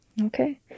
Okay